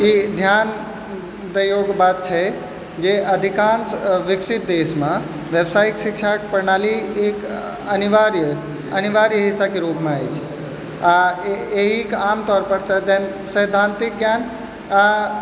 ई ध्यान दैयोके बात छै जे अधिकांश विकसित देशमे व्यावसायिक शिक्षाके प्रणाली एक अनिवार्य अनिवार्य हिस्साके रूप अछि आओर एहिके आमतौरपर सैद्धान्तिक ज्ञान आओर